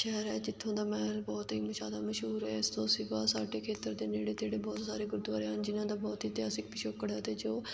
ਸ਼ਹਿਰ ਹੈ ਜਿੱਥੋਂ ਦਾ ਮਹਿਲ ਬਹੁਤ ਹੀ ਜ਼ਿਆਦਾ ਮਸ਼ਹੂਰ ਹੈ ਇਸ ਤੋਂ ਅਸੀਂ ਬਹੁਤ ਸਾਡੇ ਖੇਤਰ ਦੇ ਨੇੜੇ ਤੇੜੇ ਬਹੁਤ ਸਾਰੇ ਗੁਰਦੁਆਰੇ ਹਨ ਜਿਹਨਾਂ ਦਾ ਬਹੁਤ ਹੀ ਇਤਿਹਾਸਿਕ ਪਿਛੋਕੜ ਅਤੇ ਜੋ